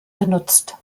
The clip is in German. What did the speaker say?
genutzt